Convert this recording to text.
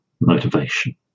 motivation